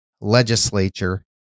legislature